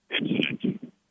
incident